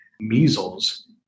Measles